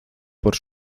por